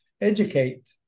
educate